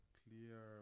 clear